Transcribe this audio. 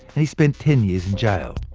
and spent ten years in jail.